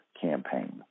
campaign